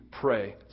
pray